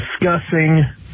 discussing